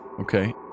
Okay